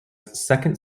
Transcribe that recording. second